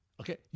Okay